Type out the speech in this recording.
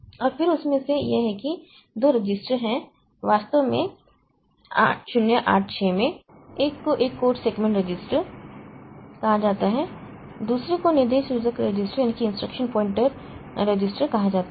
और फिर उसमें से यह कि दो रजिस्टर हैं वास्तव में 8086 में एक को एक कोड सेगमेंट रजिस्टर कहा जाता है दूसरे को निर्देश सूचक रजिस्टर कहा जाता है